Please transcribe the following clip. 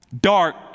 dark